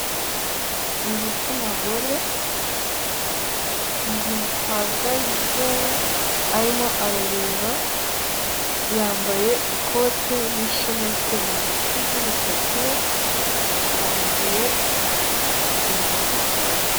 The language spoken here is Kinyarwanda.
Ni igitsina gore gihagaze arimo arareba yambaye ikote n'ishaneti mu ntoki n'imisatsi ye ifungiye inyuma.